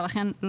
ולכן,